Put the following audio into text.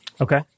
Okay